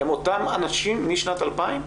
הם אותם אנשים משנת 2000?